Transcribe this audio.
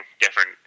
different